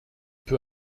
peu